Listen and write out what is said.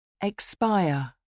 Expire